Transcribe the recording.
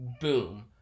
boom